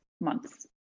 months